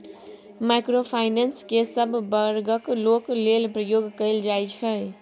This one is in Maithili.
माइक्रो फाइनेंस केँ सब बर्गक लोक लेल प्रयोग कएल जाइ छै